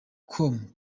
com